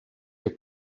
your